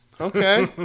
Okay